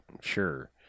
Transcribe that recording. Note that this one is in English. sure